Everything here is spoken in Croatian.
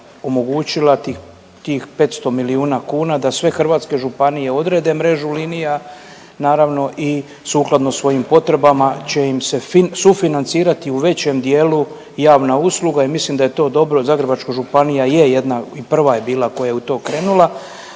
omogućila tih 500 milijuna kuna da sve hrvatske županije odrede mrežu linija, naravno i sukladno svojim potrebama će im se sufinancirati u većem dijelu javna usluga i mislim da je to dobro. Zagrebačka županija je jedna i prva je bila koja je u to krenula,